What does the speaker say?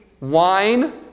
wine